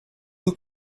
blue